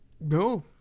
No